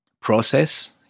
process